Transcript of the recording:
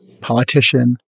politician